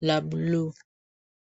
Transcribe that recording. la buluu.